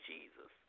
Jesus